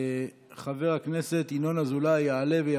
חבר הכנסת ינון אזולאי יעלה ויבוא.